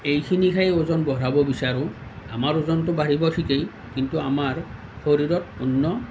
এইখিনি খাই ওজন বঢ়াব বিচাৰোঁ আমাৰ ওজনটো বাঢ়িব ঠিকেই কিন্তু আমাৰ শৰীৰত অন্য